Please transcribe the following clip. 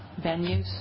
venues